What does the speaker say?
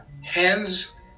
hands